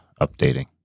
updating